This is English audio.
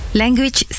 language